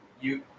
You-